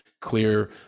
clear